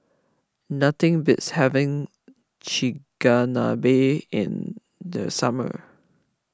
nothing beats having Chigenabe in the summer